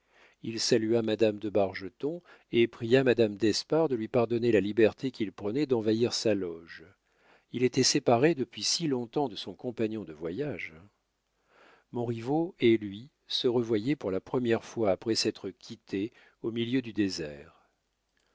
il salua madame de bargeton et pria madame d'espard de lui pardonner la liberté qu'il prenait d'envahir sa loge il était séparé depuis si long-temps de son compagnon de voyage montriveau et lui se revoyaient pour la première fois après s'être quittés au milieu du désert